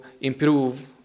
improve